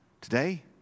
Today